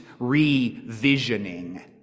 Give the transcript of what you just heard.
revisioning